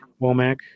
Womack